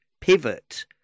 pivot